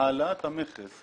העלאת המכס,